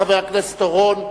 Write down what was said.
חבר הכנסת אורון,